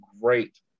great